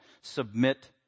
submit